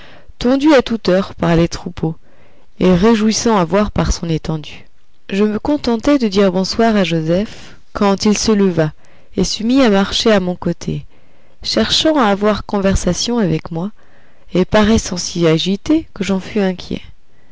tondu à toute heure par les troupeaux et réjouissant à voir par son étendue je me contentais de dire bonsoir à joseph quand il se leva et se mit à marcher à mon côté cherchant à avoir conversation avec moi et paraissant si agité que j'en fus inquiet